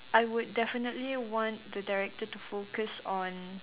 I would definitely want the director to focus on